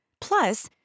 Plus